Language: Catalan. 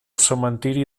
cementiri